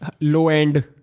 low-end